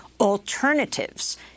alternatives